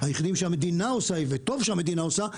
היחידים שהמדינה עושה תכנון וטוב שהמדינה עושה.